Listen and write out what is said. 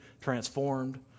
transformed